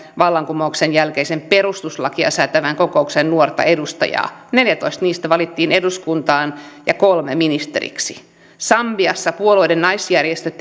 vallankumouksen jälkeisen perustuslakia säätävän kokouksen nuorta edustajaa neljätoista heistä valittiin eduskuntaan ja kolme ministeriksi sambiassa puolueiden naisjärjestöt